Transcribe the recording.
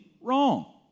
wrong